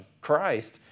Christ